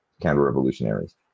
counter-revolutionaries